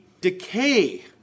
decay